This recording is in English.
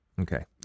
Okay